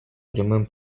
прямым